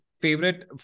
favorite